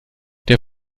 der